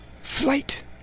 flight